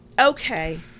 Okay